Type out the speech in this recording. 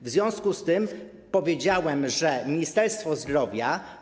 W związku z tym powiedziałem, że Ministerstwo Zdrowia.